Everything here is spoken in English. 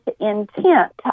intent